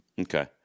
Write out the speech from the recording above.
okay